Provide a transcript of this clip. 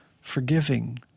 forgiving